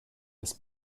des